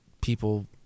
people